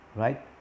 right